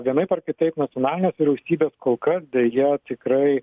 vienaip ar kitaip nacionalinės vyriausybės kol kas deja tikrai